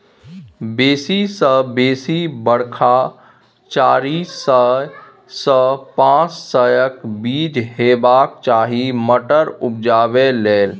बेसी सँ बेसी बरखा चारि सय सँ पाँच सयक बीच हेबाक चाही मटर उपजाबै लेल